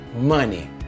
money